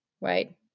right